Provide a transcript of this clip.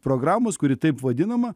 programos kuri taip vadinama